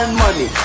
money